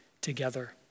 together